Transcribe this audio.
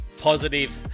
positive